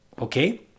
okay